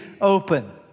open